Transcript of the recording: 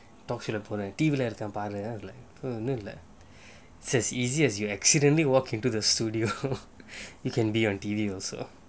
talkshow leh போறேன்:poraen it's as easy as you accidently walk into the studio you can be on T_V also